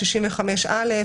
165(א)